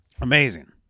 Amazing